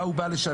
מה הוא בא לשמש.